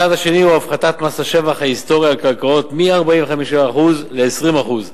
הצעד השני הוא הפחתת מס השבח ההיסטורי על קרקעות מ-45% ל-20%.